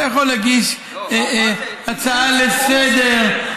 אתה יכול להגיש הצעה לסדר,